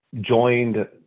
joined